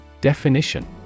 Definition